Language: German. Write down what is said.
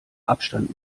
abstand